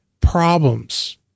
problems